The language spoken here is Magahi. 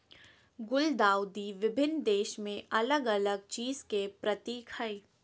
गुलदाउदी विभिन्न देश में अलग अलग चीज के प्रतीक हइ